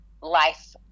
life